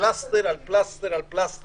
פלסטר על פלסטר.